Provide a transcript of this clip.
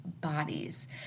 bodies